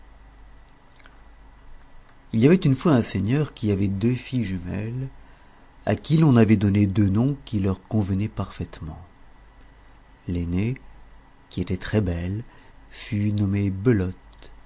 il y avait une fois un seigneur qui avait deux filles jumelles à qui l'on avait donné deux noms qui leur convenaient parfaitement l'aînée qui était très belle fut nommée belote